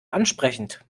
ansprechend